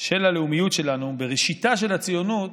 של הלאומיות שלנו, בראשיתה של הציונות,